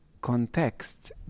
context